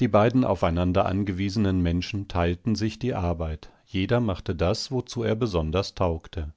die beiden aufeinander angewiesenen menschen teilten sich in die arbeit jeder machte das wozu er besonders taugte